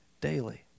daily